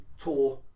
tour